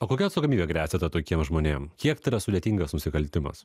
o kokia atsakomybė gresia ta tokiem žmonėm kiek tai yra sudėtingas nusikaltimas